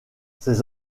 ses